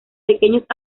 pequeños